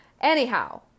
anyhow